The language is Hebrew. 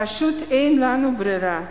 פשוט אין לנו ברירה.